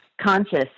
conscious